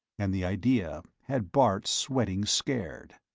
and the idea had bart sweating scared.